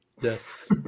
Yes